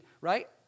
right